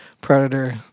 Predator